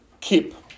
keep